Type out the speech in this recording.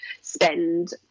spend